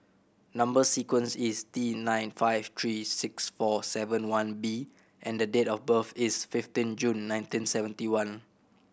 number sequence is T nine five three six four seven one B and the date of birth is fifteen June nineteen seventy one